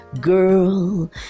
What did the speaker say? girl